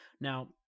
Now